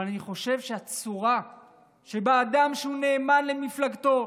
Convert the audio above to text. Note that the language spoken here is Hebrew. אבל אני חושב שהצורה שבה אדם שהוא נאמן למפלגתו,